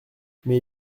mais